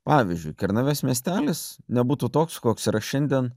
pavyzdžiui kernavės miestelis nebūtų toks koks yra šiandien